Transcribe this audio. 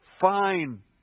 fine